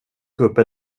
gubbe